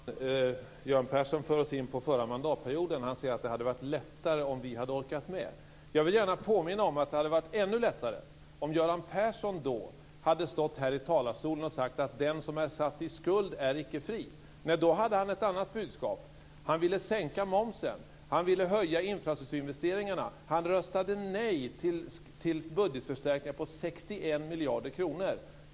Fru talman! Göran Persson för oss in på förra mandatperioden. Han säger att det skulle ha varit lättare om vi hade orkat med. Jag vill gärna påminna om att det skulle ha varit ännu lättare om Göran Persson då hade stått i denna talarstol och sagt: Den som är satt i skuld är icke fri. Men då hade han ett annat budskap. Han ville sänka momsen. Han ville höja infrastrukturinvesteringarna. Han röstade nej till budgetförstärkningar på 61 miljarder kronor.